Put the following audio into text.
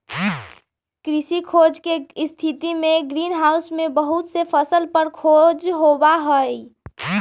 कृषि खोज के स्थितिमें ग्रीन हाउस में बहुत से फसल पर खोज होबा हई